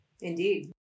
Indeed